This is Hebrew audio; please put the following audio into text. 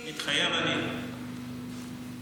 מתחייב אני ישראל אייכלר,